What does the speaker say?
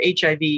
HIV